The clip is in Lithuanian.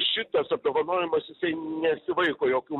šitas apdovanojimas jisai nesivaiko jokių